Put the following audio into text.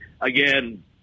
again